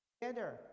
together